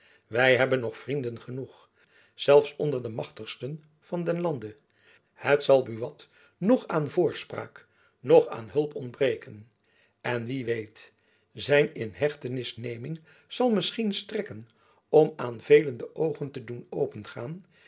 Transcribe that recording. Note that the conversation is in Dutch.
wy hebben nog vrienden genoeg zelfs onder de machtigsten van den lande het zal buat noch aan voorspraak noch aan hulp ontbreken en wie weet zijn in hechtenis neming zal misschien strekken om aan velen de oogen te doen opengaan